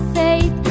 faith